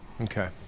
Okay